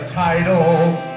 titles